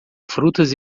frutas